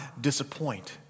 disappoint